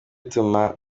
bituma